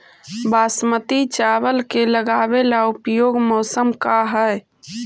बासमती चावल के लगावे ला उपयुक्त मौसम का है?